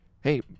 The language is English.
Hey